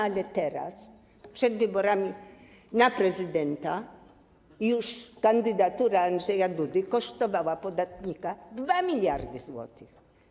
Ale teraz przed wyborami na prezydenta kandydatura Andrzeja Dudy kosztowała podatnika już 2 mld zł.